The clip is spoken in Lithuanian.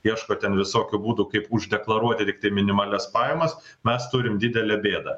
ieško ten visokių būdų kaip už deklaruoti tiktai minimalias pajamas mes turim didelę bėdą